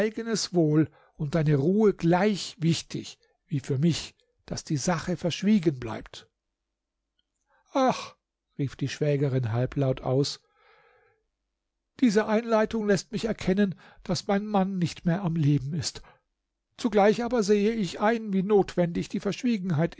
wohl und deine ruhe gleich wichtig wie für mich daß die sache verschwiegen bleibt ach rief die schwägerin halblaut aus diese einleitung läßt mich erkennen daß mein mann nicht mehr am leben ist zugleich aber sehe ich ein wie notwendig die